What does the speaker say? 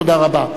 תודה רבה.